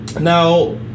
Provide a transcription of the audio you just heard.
now